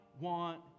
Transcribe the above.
want